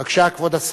בבקשה, כבוד השר.